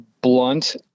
blunt